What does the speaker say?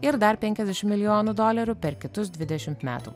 ir dar penkiasdešim milijonų dolerių per kitus dvidešimt metų